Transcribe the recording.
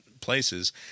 places